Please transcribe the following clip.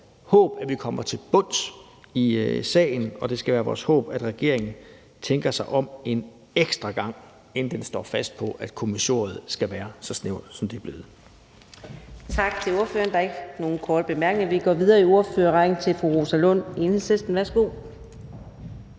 håb, at vi kommer til bunds i sagen, og det skal være vores håb, at regeringen tænker sig om en ekstra gang, inden den står fast på, at kommissoriet skal være så snævert, som det er blevet. Kl. 18:23 Fjerde næstformand (Karina Adsbøl): Tak til ordføreren. Der er ikke nogen korte bemærkninger. Vi går videre i ordførerrækken til fru Rosa Lund, Enhedslisten.